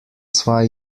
zwei